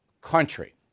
country